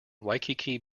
waikiki